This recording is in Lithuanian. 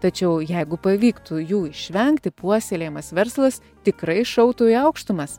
tačiau jeigu pavyktų jų išvengti puoselėjamas verslas tikrai šautų į aukštumas